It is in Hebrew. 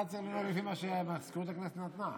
אתה צריך לנהוג כפי שמזכירות הכנסת נתנה.